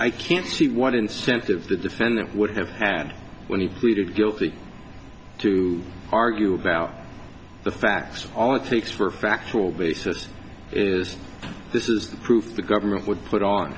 i can't see what incentive the defendant would have had when he pleaded guilty to argue about the facts all it takes for a factual basis is this is the proof the government would put on